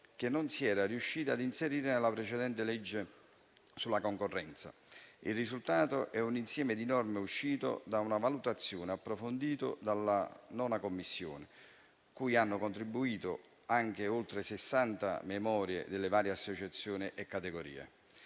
che non si era riusciti a inserire nella precedente legge sulla concorrenza. Il risultato è un insieme di norme uscito da una valutazione approfondita della 9a Commissione cui hanno contribuito anche oltre 60 memorie delle varie associazioni e categorie.